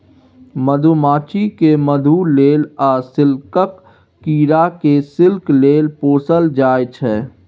मधुमाछी केँ मधु लेल आ सिल्कक कीरा केँ सिल्क लेल पोसल जाइ छै